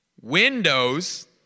windows